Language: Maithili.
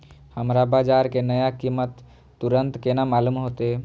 हमरा बाजार के नया कीमत तुरंत केना मालूम होते?